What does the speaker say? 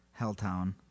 Helltown